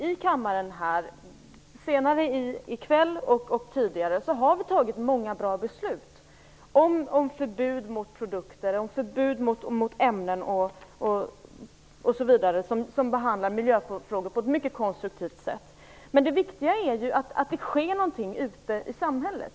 I kammaren har vi fattat många bra beslut om förbud mot produkter och ämnen, och vi kommer att göra det senare i kväll. Vi har behandlat miljöfrågor på ett mycket konstruktivt sätt. Men det viktiga är att det sker någonting ute i samhället.